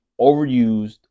overused